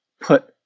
put